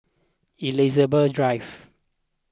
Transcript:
Elizabeth Drive